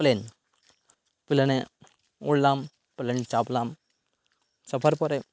plane প্লেনে উড়লাম plane চাপলাম চাপার পরে